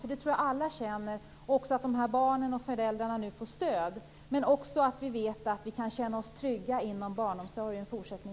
Alla tycker att det är viktigt att dessa barn och deras föräldrar nu får stöd och att vi fortsättningsvis kan känna oss trygga inom barnomsorgen.